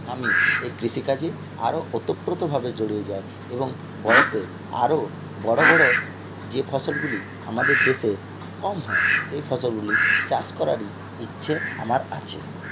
আমি এই কৃষিকাজে আরও ওতপ্রোতভাবে জড়িয়ে যাই এবং বড়তে আরও বড় বড় যে ফসলগুলি আমাদের দেশে কম হয় সেই ফসলগুলি চাষ করারই ইচ্ছে আমার আছে